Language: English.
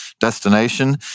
destination